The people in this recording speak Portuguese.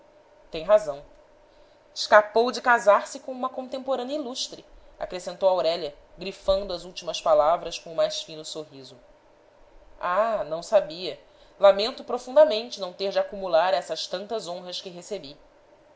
tem razão escapou de casar-se com uma contemporânea ilustre acrescentou aurélia grifando as últimas palavras com o mais fino sorriso ah não sabia lamento profundamente não ter de acumular essas tantas honras que recebi